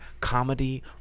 comedy